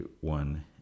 one